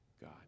God